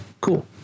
cool